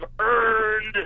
earned